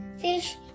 fish